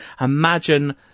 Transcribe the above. imagine